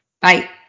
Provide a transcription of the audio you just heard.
Bye